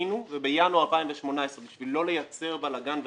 עשינו ובינואר 2018, כדי לא לייצר בלגן במערכת,